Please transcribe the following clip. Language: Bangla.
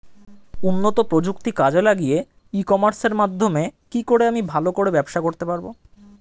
উন্নত প্রযুক্তি কাজে লাগিয়ে ই কমার্সের মাধ্যমে কি করে আমি ভালো করে ব্যবসা করতে পারব?